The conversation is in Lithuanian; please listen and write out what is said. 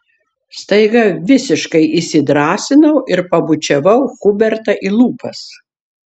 staiga visiškai įsidrąsinau ir pabučiavau hubertą į lūpas